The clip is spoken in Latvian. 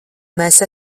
mēs